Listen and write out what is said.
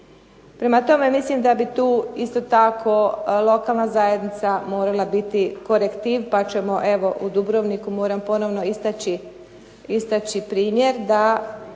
Prema tome, mislim da bi tu isto tako lokalna zajednica morala biti korektiva, pa ćemo evo u Dubrovniku moram ponovno istaći primjer da